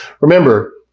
Remember